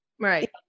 right